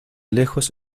lejos